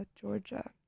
Georgia